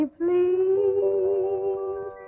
please